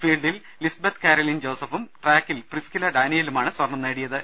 ഫീൽഡിൽ ലീസ്ബത്ത് കാരലിൻ ജോസഫും ട്രാക്കിൽ പ്രിസ്കില ഡാനിയലുമാണ് സ്വർണ്ണം നേടിയത്